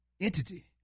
entity